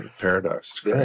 Paradox